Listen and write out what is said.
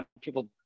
People